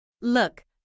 Look